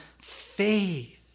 faith